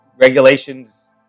regulations